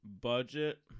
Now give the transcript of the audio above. Budget